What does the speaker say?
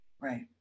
Right